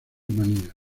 rumanía